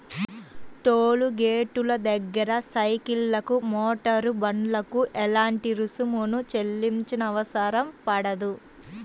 toll గేటుల దగ్గర సైకిళ్లకు, మోటారు బండ్లకు ఎలాంటి రుసుమును చెల్లించనవసరం పడదు